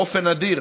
באופן אדיר,